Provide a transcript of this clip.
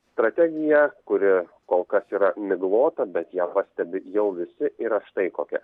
strategiją kuri kol kas yra miglota bet ją pastebi jau visi yra štai kokia